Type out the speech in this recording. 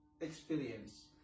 experience